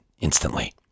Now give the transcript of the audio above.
instantly